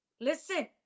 listen